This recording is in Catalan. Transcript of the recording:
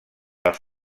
els